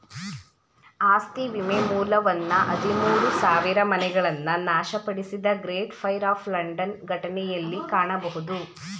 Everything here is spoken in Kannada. ಆಸ್ತಿ ವಿಮೆ ಮೂಲವನ್ನ ಹದಿಮೂರು ಸಾವಿರಮನೆಗಳನ್ನ ನಾಶಪಡಿಸಿದ ಗ್ರೇಟ್ ಫೈರ್ ಆಫ್ ಲಂಡನ್ ಘಟನೆಯಲ್ಲಿ ಕಾಣಬಹುದು